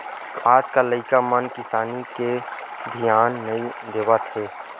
आज कल के लइका मन किसानी म धियान नइ देवत हे